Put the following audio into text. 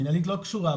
מנהלית לא קשורה,